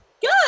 Good